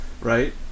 Right